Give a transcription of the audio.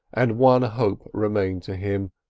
and one hope remained to him,